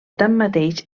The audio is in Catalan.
tanmateix